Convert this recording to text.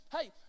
hey